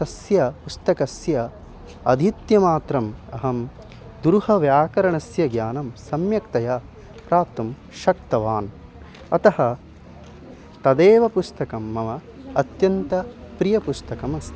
तस्य पुस्तकस्य अधीत्यमात्रम् अहं दुर्हव्याकरणस्य ज्ञानं सम्यक्तया प्राप्तुं शक्तवान् अतः तदेव पुस्तकं मम अत्यन्तं प्रियं पुस्तकमस्ति